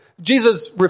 Jesus